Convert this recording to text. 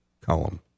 column